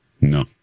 No